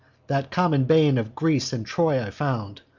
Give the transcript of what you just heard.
that common bane of greece and troy i found.